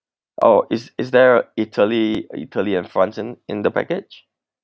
oh is is there italy italy and france in in the package